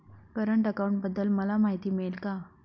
Current अकाउंटबद्दल मला माहिती मिळेल का?